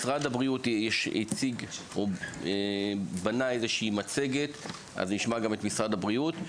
משרד הבריאות בנה איזושהי מצגת אז נשמע גם את משרד הבריאות.